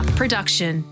production